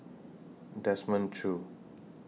Desmond Choo